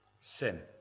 Sin